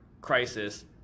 Crisis